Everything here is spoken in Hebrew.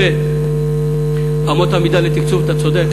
לגבי אמות המידה לתקצוב, אתה צודק.